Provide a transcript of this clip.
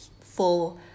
full